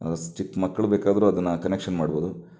ಚಿಕ್ಕಮಕ್ಕಳು ಬೇಕಾದರೂ ಅದನ್ನು ಕನೆಕ್ಷನ್ ಮಾಡ್ಬೌದು